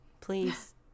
please